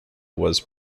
was